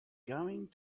going